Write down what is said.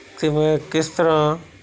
ਅਤੇ ਮੈਂ ਕਿਸ ਤਰ੍ਹਾਂ